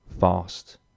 fast